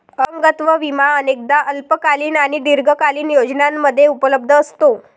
अपंगत्व विमा अनेकदा अल्पकालीन आणि दीर्घकालीन योजनांमध्ये उपलब्ध असतो